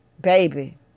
baby